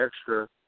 extra